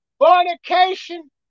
fornication